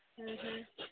ହୁଁ